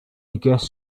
guess